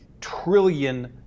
trillion